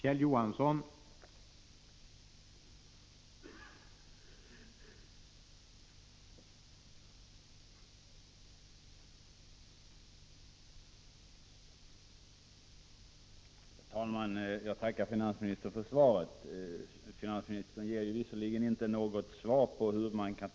192 Jordbruksminister SVANTE LUNDKVIST: ST a seen NESS SNES Herr talman!